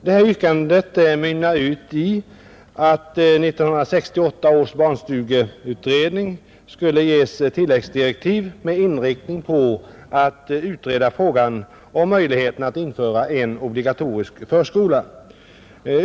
Detta yrkande mynnar ut i att 1968 års barnstugeutredning skulle ges tilläggsdirektiv med inriktning på att utreda frågan om möjligheten att införa en obligatorisk förskola.